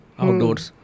outdoors